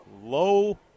low